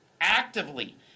actively